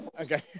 Okay